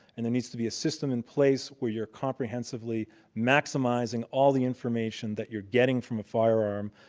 and there needs to be a system in place where you're comprehensively maximizing all the information that you're getting from a firearm,